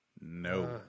No